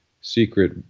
secret